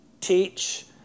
teach